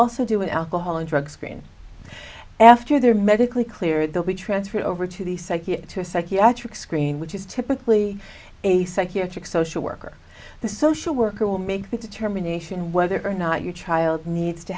also do with alcohol and drug screen after they're medically cleared they'll be transferred over to the psyche to a psychiatric screen which is typically a psychiatric social worker the social worker will make the determination whether or not your child needs to